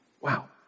Wow